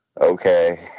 okay